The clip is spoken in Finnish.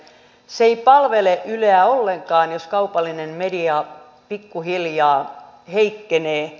se ei palvele yleä ollenkaan jos kaupallinen media pikkuhiljaa heikkenee